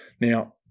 Now